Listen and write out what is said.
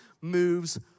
moves